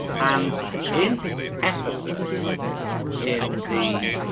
and in ephesus in the